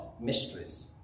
mysteries